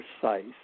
precise